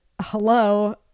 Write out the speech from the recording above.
hello